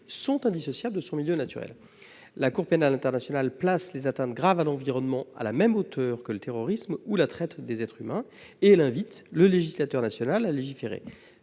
sont indissociables de son milieu naturel ». La Cour pénale internationale place les atteintes graves à l'environnement à la même hauteur que le terrorisme ou la traite des êtres humains et invite le législateur national à légiférer.